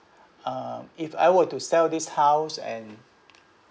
uh if I were to sell this house and